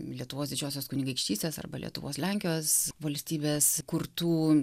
lietuvos didžiosios kunigaikštystės arba lietuvos lenkijos valstybės kurtų